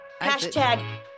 Hashtag